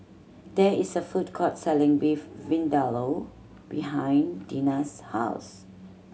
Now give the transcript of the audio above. there is a food court selling Beef Vindaloo behind Deena's house